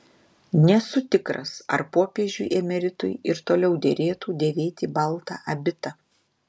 nesu tikras ar popiežiui emeritui ir toliau derėtų dėvėti baltą abitą